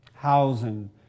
housing